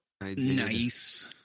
Nice